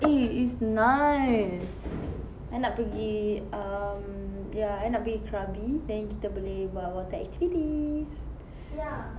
eh it's nice I nak pergi um ya I nak pergi krabi then kita boleh buat water activities